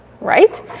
right